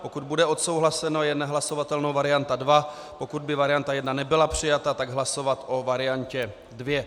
Pokud bude odsouhlaseno, je nehlasovatelnou varianta 2, pokud by varianta 1 nebyla přijata, tak hlasovat o variantě 2.